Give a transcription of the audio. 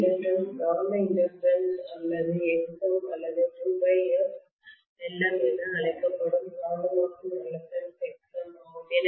இந்த இண்டக்டன்ஸ் காந்த இண்டக்டன்ஸ் அல்லது Xm அல்லது 2πfLm என அழைக்கப்படும் காந்தமாக்கும் ரிலக்டன்ஸ் Xm ஆகும்